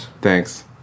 Thanks